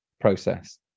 process